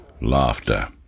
Laughter